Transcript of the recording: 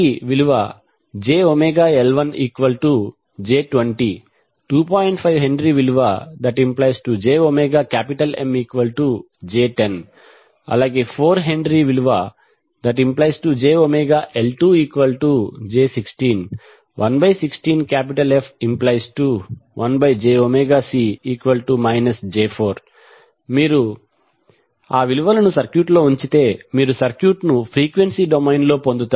5HjωMj10 4HjωL2j16 116F1jωC j4 మీరు ఆ విలువలను సర్క్యూట్లో ఉంచితే మీరు సర్క్యూట్ను ఫ్రీక్వెన్సీ డొమైన్ లో పొందుతారు